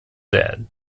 dead